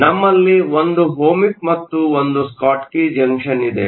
ನಮ್ಮಲ್ಲಿ ಒಂದು ಓಹ್ಮಿಕ್ ಮತ್ತು ಒಂದು ಸ್ಕಾಟ್ಕಿ ಜಂಕ್ಷನ್ ಇದೆ